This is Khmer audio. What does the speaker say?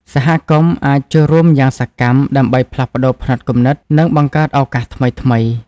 សហគមន៍អាចចូលរួមយ៉ាងសកម្មដើម្បីផ្លាស់ប្ដូរផ្នត់គំនិត និងបង្កើតឱកាសថ្មីៗ។